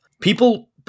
people